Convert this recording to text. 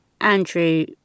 Andrew